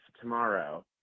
tomorrow